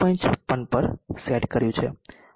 56 પર સેટ કર્યું છે